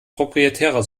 proprietärer